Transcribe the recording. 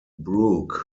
brook